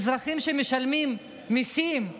אזרחים שמשלמים מיסים,